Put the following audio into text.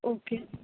okay